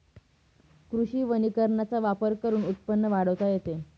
कृषी वनीकरणाचा वापर करून उत्पन्न वाढवता येते